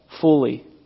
fully